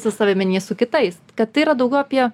su savimi nei su kitais kad tai yra daugiau apie